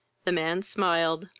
the man smiled,